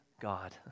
God